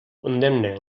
condemne